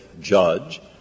Judge